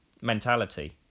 mentality